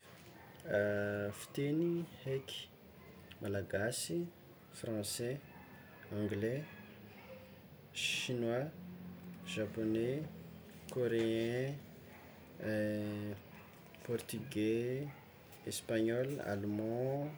Fiteny haiky: malagasy, francais, angle, chinois, japonais, koréen, portugais, espagnol, allemand,